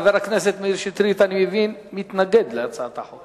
אני מבין שחבר הכנסת שטרית מתנגד להצעת החוק.